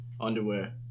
Underwear